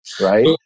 Right